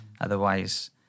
otherwise